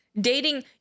dating